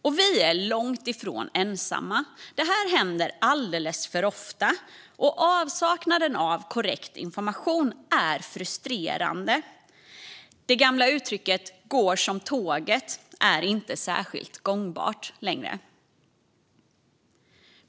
Och vi är långt ifrån ensamma om att ha varit med om detta. Det här händer alldeles för ofta, och avsaknaden av korrekt information är frustrerande. Det gamla uttrycket att det "går som tåget" är inte särskilt gångbart längre.